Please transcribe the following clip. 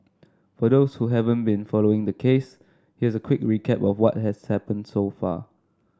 for those who haven't been following the case here's a quick recap of what has happened so far